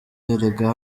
erega